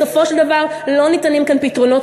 בסופו של דבר לא ניתנים כאן פתרונות